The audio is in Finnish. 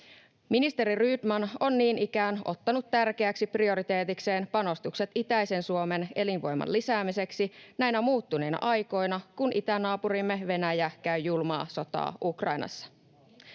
Ministeri Rydman on niin ikään ottanut tärkeäksi prioriteetikseen panostukset itäisen Suomen elinvoiman lisäämiseksi näinä muuttuneina aikoina, kun itänaapurimme Venäjä käy julmaa sotaa Ukrainassa.